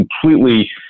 completely